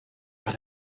but